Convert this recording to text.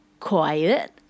Quiet